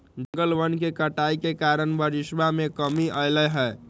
जंगलवन के कटाई के कारण बारिशवा में कमी अयलय है